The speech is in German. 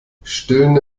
stillende